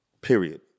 period